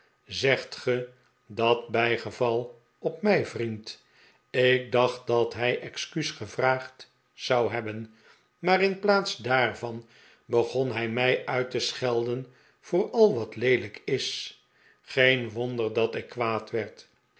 zegt ge dat bijgeval op mij vriend ik dacht dat hij excuus gevraagd zou hebben maar in plaats daarvan begon hij mij uit te schelden voor al wat leelijk is geen wonder dat ik kwaad werd